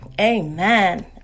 Amen